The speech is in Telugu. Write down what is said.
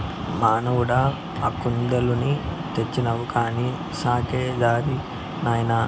మనవడా కుందేలుని తెచ్చినావు కానీ సాకే దారేది నాయనా